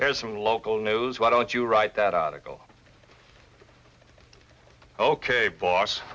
there's some local knows why don't you write that article ok boss